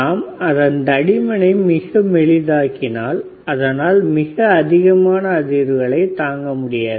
நாம் அதன் தடிமனை மிக மெலிதாக்கினால் அதனால் மிக அதிகமான அதிர்வுகளை தாங்க முடியாது